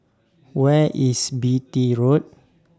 Where IS Beatty Road